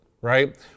right